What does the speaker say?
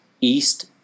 east